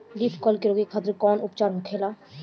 Leaf curl के रोके खातिर कउन उपचार होखेला?